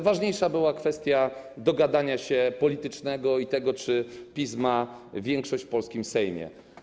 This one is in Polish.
Ważniejsza była kwestia dogadania się politycznego i tego, czy PiS ma większość w polskim Sejmie.